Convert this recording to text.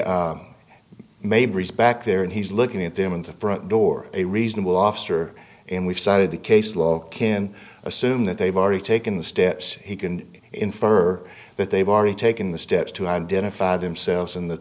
breeze back there and he's looking at them in the front door a reasonable officer and we've cited the case law can assume that they've already taken the steps he can infer that they've already taken the steps to identify themselves in the